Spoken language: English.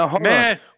man